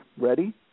Ready